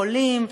חולים,